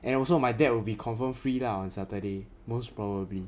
and also my dad will be confirmed free lah on saturday most probably